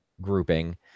grouping